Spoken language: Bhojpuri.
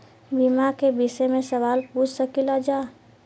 बीमा के विषय मे सवाल पूछ सकीलाजा?